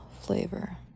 flavor